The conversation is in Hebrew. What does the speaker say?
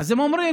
והם אומרים,